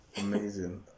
amazing